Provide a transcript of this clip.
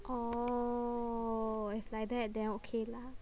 oh if like that then okay lah